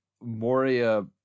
Moria